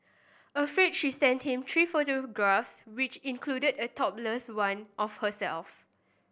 afraid she sent him three photographs which included a topless one of herself